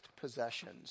possessions